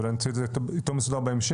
אולי נוציא את זה יותר מסודר בהמשך,